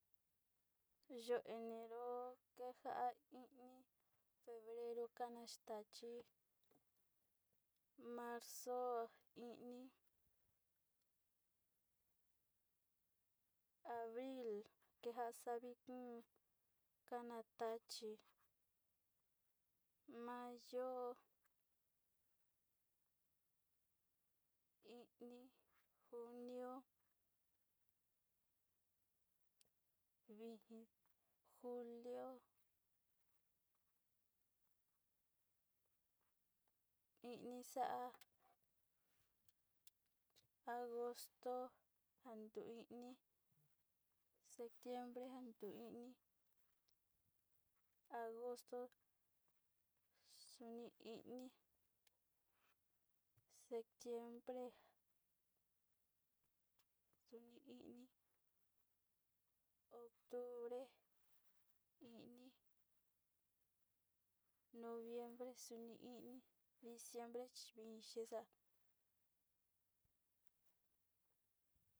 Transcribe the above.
Yo'o enero keje'e ini febrero kene tachi marzo ini, abril kenja savi kón kana tachí mayo ini junio, ini julio ini xa'a agosto ini septiembre nduin agosto xoni ini septiembre duni ini octubre duni ini, noviembre xuni ini diciembre vixi ngá.